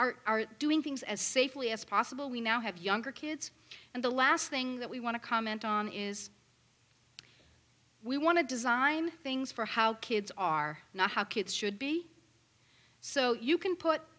are doing things as safely as possible we now have younger kids and the last thing that we want to comment on is we want to design things for how kids are not how kids should be so you can put